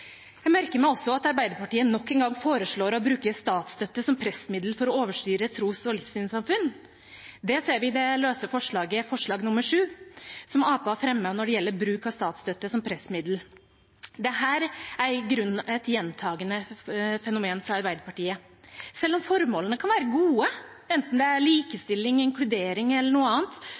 Jeg merker meg også at Arbeiderpartiet nok en gang foreslår å bruke statsstøtte som pressmiddel for å overstyre tros- og livssynssamfunn. Det ser vi av forslag nr. 7, som Arbeiderpartiet har fremmet når det gjelder bruk av statsstøtte som pressmiddel. Dette er i grunnen et gjentakende fenomen fra Arbeiderpartiet. Selv om formålene kan være gode, enten det er likestilling, inkludering eller noe annet,